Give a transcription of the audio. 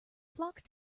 flock